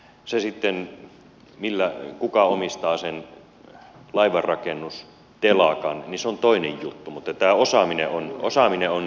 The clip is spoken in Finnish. se sitten kuka omistaa sen laivanrakennustelakan on toinen juttu mutta tämä osaaminen on kaikkein tärkein